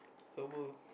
herbal